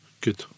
Good